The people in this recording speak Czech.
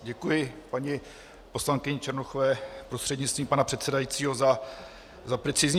Děkuji paní poslankyni Černochové prostřednictvím pana předsedajícího za precizní shrnutí.